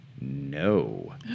No